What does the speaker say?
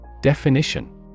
Definition